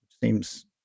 seems